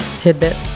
Tidbit